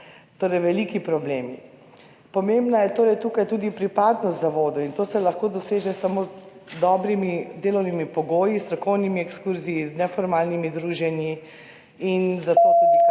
torej veliki problemi. Tukaj je pomembna tudi pripadnost zavodu in to se lahko doseže samo z dobrimi delovnimi pogoji, strokovnimi ekskurzijami, neformalnimi druženji in zato tudi kadri